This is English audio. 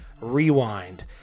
rewind